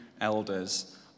elders